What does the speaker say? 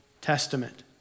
Testament